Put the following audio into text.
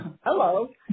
hello